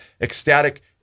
ecstatic